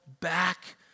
back